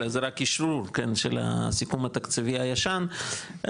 אלא זה רק אישרור של הסיכום התקציבי הישן,